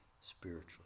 spiritually